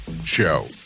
show